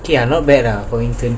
okay lah not bad ah for instance